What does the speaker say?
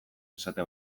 esate